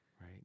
Right